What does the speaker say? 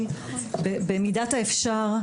במידת האפשר,